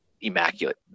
immaculate